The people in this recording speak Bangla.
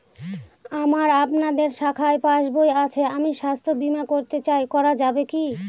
আমার আপনাদের শাখায় পাসবই আছে আমি স্বাস্থ্য বিমা করতে চাই করা যাবে কি?